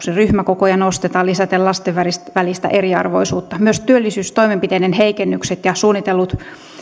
ryhmäkokoja nostetaan lisäten lasten välistä välistä eriarvoisuutta myös työllisyystoimenpiteiden heikennykset ja suunnitellut